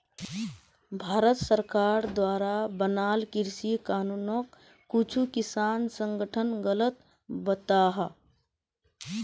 भारत सरकार द्वारा बनाल कृषि कानूनोक कुछु किसान संघठन गलत बताहा